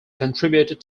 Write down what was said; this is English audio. contributed